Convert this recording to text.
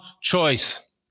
choice